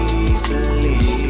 easily